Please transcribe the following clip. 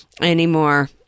Anymore